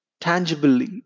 tangibly